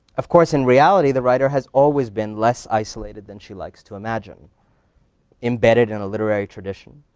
of course, in reality, the writer has always been less isolated than she likes to imagine embedded in a literary tradition,